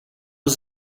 was